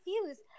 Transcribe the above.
confused